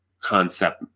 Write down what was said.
concept